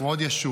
הוא עוד ישוב.